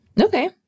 Okay